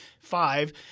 five